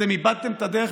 אתם איבדתם את הדרך,